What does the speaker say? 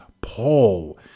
paul